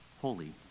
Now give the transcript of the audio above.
holy